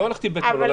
לא הלכתי לבית מלון,